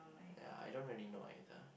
ya I don't really know either